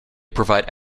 provide